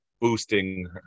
boosting